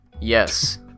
Yes